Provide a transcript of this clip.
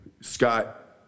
Scott